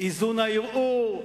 ערעור האיזון,